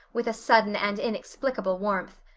with a sudden and inexplicable warmth.